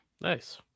nice